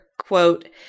quote